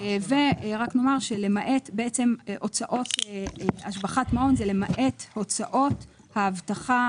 ורק נאמר שלמעט הוצאות השבחת מעון ולמעט הוצאות האבטחה,